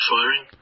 firing